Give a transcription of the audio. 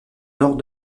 nord